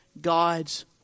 God's